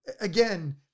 again